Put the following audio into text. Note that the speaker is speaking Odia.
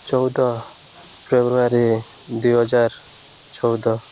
ଚଉଦ ଫେବୃଆାରୀ ଦୁଇହଜାର ଚଉଦ